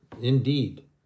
Indeed